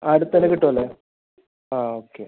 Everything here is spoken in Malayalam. ആട് തന്നെ കിട്ടുമല്ലേ ആ ഓക്കെ